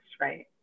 right